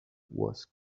was